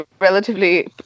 relatively